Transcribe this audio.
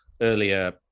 earlier